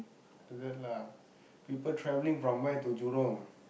like that lah people travelling from where to Jurong